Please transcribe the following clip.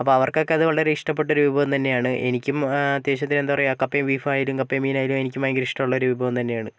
അപ്പോൾ അവർക്കൊക്കെ അത് വളരെ ഇഷ്ടപെട്ട ഒരു വിഭവം തന്നെയാണ് എനിക്കും അത്യാവശ്യത്തിന് എന്താ പറയാ കപ്പയും ബീഫുമായാലും കപ്പയും മീനായാലും എനിക്കും ഭയങ്കര ഇഷ്ടം ഉള്ളൊരു വിഭവം തന്നെയാണ്